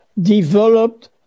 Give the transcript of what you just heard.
developed